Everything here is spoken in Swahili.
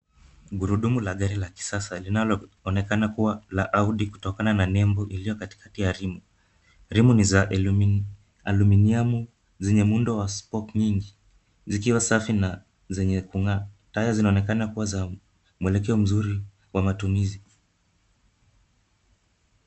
Gurudumu la gari la kisasa linaloonekana kuwa la Audi kutokana na nembo iliyo katikati ya rimu. Rimu ni za aluminiamu zenye muundo wa spoke nyingi zikiwa safi na zenye kung'aa. Tyre zinaonekana kuwa za mwelekeo mzuri wa matumizi.